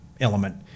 element